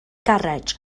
garej